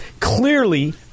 Clearly